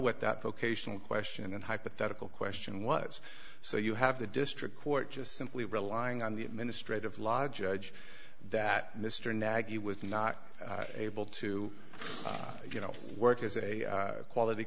what that vocational question and hypothetical question was so you have the district court just simply relying on the administrative law judge that mr naggy was not able to you know work as a quality